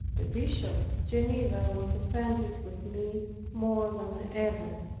the bishop of geneva was offended with me more than ever,